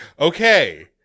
okay